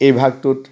এই ভাগটোত